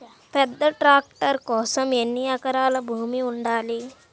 పెద్ద ట్రాక్టర్ కోసం ఎన్ని ఎకరాల భూమి ఉండాలి?